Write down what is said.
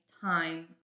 time